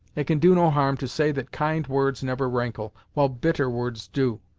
it can do no harm to say that kind words never rankle, while bitter words do.